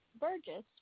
Burgess